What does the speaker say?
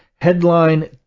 headline